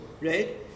right